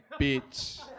bitch